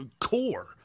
core